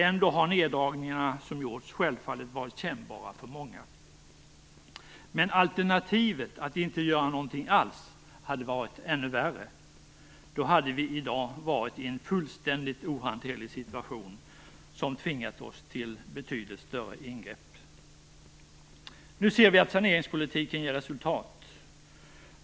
Ändå har de neddragningar som gjorts självfallet varit kännbara för många. Men alternativet att inte göra någonting alls hade varit ännu värre. Då hade vi i dag varit i en fullständigt ohanterlig situation som tvingat oss till betydligt större ingrepp. Nu ser vi att saneringspolitiken ger resultat.